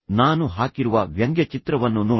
ನಾನು ಹಾಕಿರುವ ವ್ಯಂಗ್ಯಚಿತ್ರವನ್ನು ನೋಡಿ